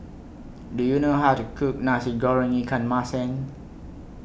Do YOU know How to Cook Nasi Goreng Ikan Masin